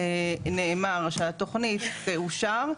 ונאמר שהתוכנית תאושר,